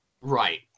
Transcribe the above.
Right